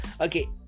okay